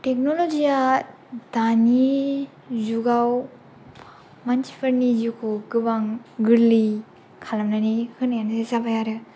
technology या दानि जुगाव मानसिफोरनि जिउखौ गोबां गोरलै खालामनानै होनायानो जाबाय आरो